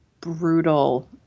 brutal